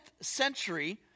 century